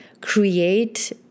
create